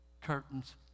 curtains